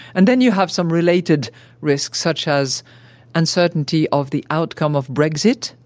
and then you have some related risks, such as uncertainty of the outcome of brexit